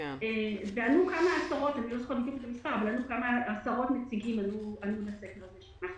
ענו כמה עשרות נציגים בסקר הזה.